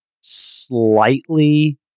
slightly